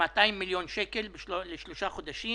200 מיליון שקל לשלושה חודשים